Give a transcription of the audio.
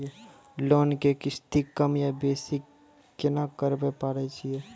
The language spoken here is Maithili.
लोन के किस्ती कम या बेसी केना करबै पारे छियै?